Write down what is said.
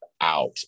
out